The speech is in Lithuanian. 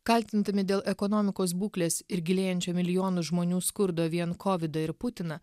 kaltindami dėl ekonomikos būklės ir gilėjančio milijonų žmonių skurdo vien kovidą ir putiną